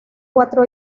cuatro